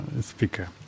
speaker